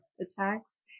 attacks